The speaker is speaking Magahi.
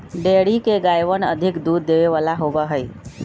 डेयरी के गायवन अधिक दूध देवे वाला होबा हई